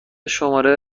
شماره